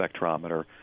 spectrometer